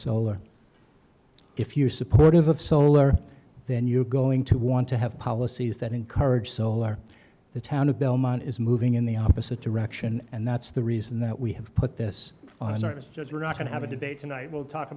solar if you supportive of solar then you're going to want to have policies that encourage solar the town of belmont is moving in the opposite direction and that's the reason that we have put this on the surface just we're not going to have a debate tonight we'll talk